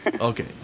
Okay